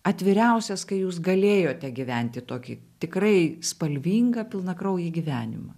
atviriausias kai jūs galėjote gyventi tokį tikrai spalvingą pilnakraujį gyvenimą